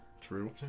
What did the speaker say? True